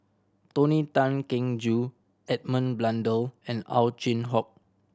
Tony Tan Keng Joo Edmund Blundell and Ow Chin Hock